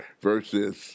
versus